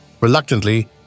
Reluctantly